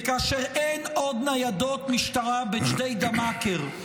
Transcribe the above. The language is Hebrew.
-- וכאשר אין עוד ניידות משטרה בג'דיידה-מכר,